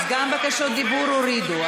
אז גם בקשות דיבור הורידו.